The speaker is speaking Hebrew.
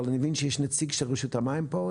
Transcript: אני מבין שיש נציג של רשות המים פה.